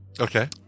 Okay